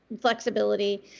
flexibility